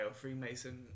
Freemason